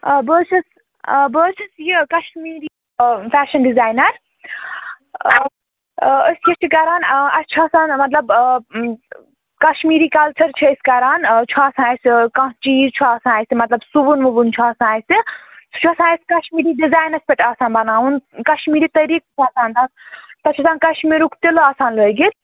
آ بہٕ حظ چھَس بہٕ حظ چھَس یہِ کَشمیٖری فیشَن ڈِزاینَر أسۍ کیٛاہ چھِ کَران اَسہِ چھُ آسان مطلب کَشمیٖری کَلچَر چھِ أسۍ کَران چھُ آسان اَسہِ کانٛہہ چیٖز چھُ آسان اَسہِ مطلب سُوُن وُوُن چھُ آسان اَسہِ سُہ چھُ آسان اَسہِ کَشمیٖری ڈِزاینَس پٮ۪ٹھ آسان بَناوُن کَشمیٖری طریٖقہٕ چھُ آسان تَتھ تَتھہِ چھُ آسان کَشمیٖرُک تِلہٕ آسان لٲگِتھ